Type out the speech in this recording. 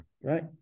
right